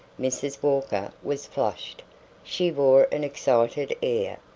mrs. walker was flushed she wore an excited air.